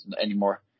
anymore